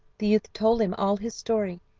the youth told him all his story,